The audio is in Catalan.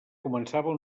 començava